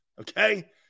Okay